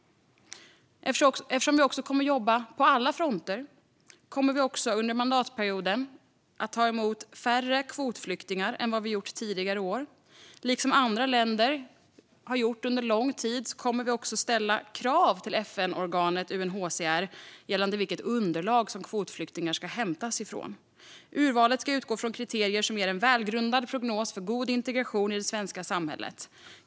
Eftersom vi kommer att jobba på alla fronter kommer vi också under mandatperioden att ta emot färre kvotflyktingar än vad vi gjort tidigare år. Liksom andra länder har gjort under lång tid kommer vi också att ställa krav till FN-organet UNHCR gällande vilket underlag kvotflyktingar ska hämtas från. Urvalet ska utgå från kriterier som ger en välgrundad prognos för god integration i det svenska samhället.